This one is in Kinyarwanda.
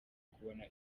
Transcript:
kubona